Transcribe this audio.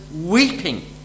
weeping